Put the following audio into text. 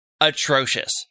atrocious